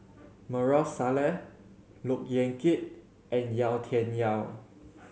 Maarof Salleh Look Yan Kit and Yau Tian Yau